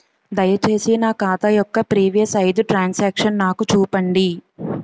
దయచేసి నా ఖాతా యొక్క ప్రీవియస్ ఐదు ట్రాన్ సాంక్షన్ నాకు చూపండి